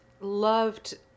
loved